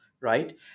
right